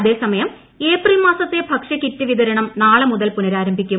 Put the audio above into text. അതേസമയം ഏപ്രിൽ മാസത്തെ ഭക്ഷ്യകിറ്റ് വിതരണം നാളെ മുതൽ പുനരാരംഭിക്കും